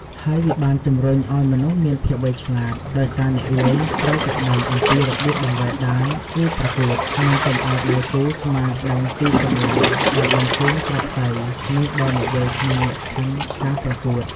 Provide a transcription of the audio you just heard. ហើយវាបានជំរុញឱ្យមនុស្សមានភាពវៃឆ្លាត ដោយសារអ្នកលេង ត្រូវតែដឹងអំពីរបៀបបង្វែរដានគូប្រកួត និងកុំឱ្យដៃគូស្មានដឹងពីកម្លាំងដែលបញ្ជូនគ្រាប់សី នេះបើនិយាយក្នុងលក្ខខណ្ឌការប្រកួត។